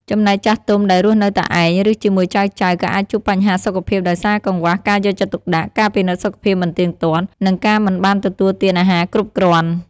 ចំណែកចាស់ទុំដែលរស់នៅតែឯង ឬជាមួយចៅៗក៏អាចជួបបញ្ហាសុខភាពដោយសារកង្វះការយកចិត្តទុកដាក់ ការពិនិត្យសុខភាពមិនទៀងទាត់ និងការមិនបានទទួលទានអាហារគ្រប់គ្រាន់។